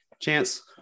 chance